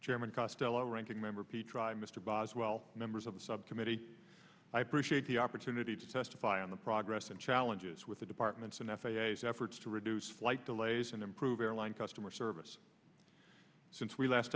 chairman costello ranking member p dr mr boswell members of the subcommittee i appreciate the opportunity to testify on the progress and challenges with the department's own f a s efforts to reduce flight delays and improve airline customer service since we last